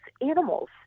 animals